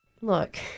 Look